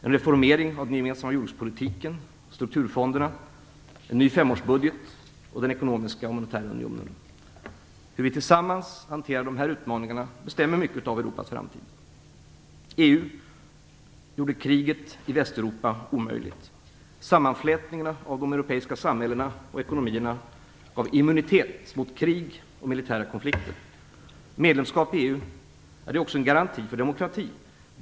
En reformering av den gemensamma jordbrukspolitiken och strukturfonderna, en ny femårsbudget och den ekonomiska och monetära unionen - hur vi tillsammans hanterar de här utmaningarna bestämmer mycket av EU gjorde kriget i Västeuropa omöjligt. Sammanflätningen av de europeiska samhällena och ekonomierna gav immunitet mot krig och militära konflikter. Medlemskap i EU är också en garanti för demokrati.